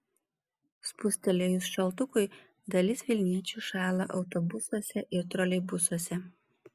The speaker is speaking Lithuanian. spustelėjus šaltukui dalis vilniečių šąla autobusuose ir troleibusuose